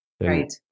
Right